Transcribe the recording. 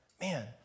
Man